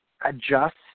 adjust